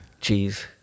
Cheese